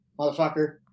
motherfucker